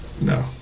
No